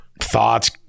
thoughts